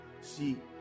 See